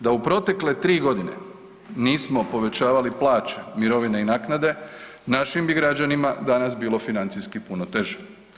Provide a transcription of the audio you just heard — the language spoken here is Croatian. Da u protekle 3 godine nismo povećavali plaće, mirovine i naknade, našim bi građanima danas bilo financijski puno teže.